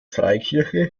freikirche